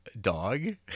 dog